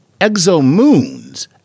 exomoons